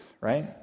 right